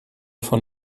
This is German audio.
von